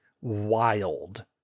wild